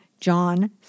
John